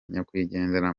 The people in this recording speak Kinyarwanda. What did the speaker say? nyakwigendera